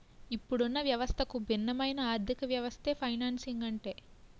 ఇప్పుడున్న వ్యవస్థకు భిన్నమైన ఆర్థికవ్యవస్థే ఫైనాన్సింగ్ అంటే